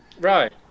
Right